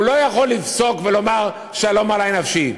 הוא לא יכול לפסוק ולומר שלום עלי נפשי.